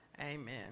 amen